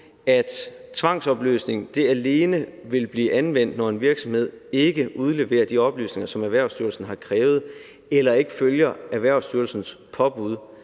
at tvangsopløsning alene vil blive anvendt, når en virksomhed ikke udleverer de oplysninger, som Erhvervsstyrelsen har krævet, eller ikke følger Erhvervsstyrelsens påbud